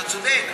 אתה צודק,